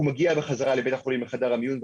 הוא מגיע בחזרה לבית החולים לחדר המיון,